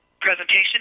presentation